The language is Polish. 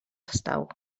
wstał